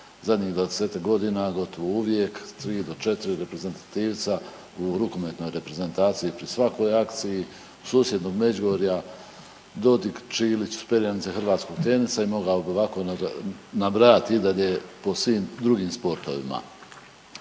zadnjih 20-ak godina gotovo uvijek 3 do 4 reprezentativca u rukometnoj reprezentaciji pri svakoj akciji, susjednog Međugorja, Dodik, Čilić su perjanica hrvatskog tenisa i mogao bih ovako nabrajati i dalje po svim drugim sportovima.